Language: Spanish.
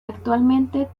actualmente